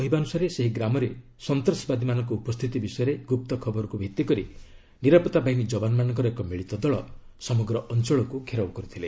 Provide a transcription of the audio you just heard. ପୋଲିସର କହିବାନୁସାରେ ସେହି ଗ୍ରାମରେ ସନ୍ତାସବାଦୀମାନଙ୍କ ଉପସ୍ଥିତି ବିଷୟରେ ଗୁପ୍ତ ଖବରକୁ ଭିଭିକରି ନିରାପଭାବାହିନୀ ଜବାନମାନଙ୍କର ଏକ ମିଳିତ ଦଳ ସମଗ୍ର ଅଞ୍ଚଳକୁ ଘେରାଉ କରିଥିଲେ